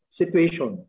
situation